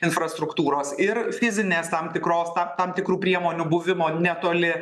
infrastruktūros ir fizinės tam tikros tam tikrų priemonių buvimo netoli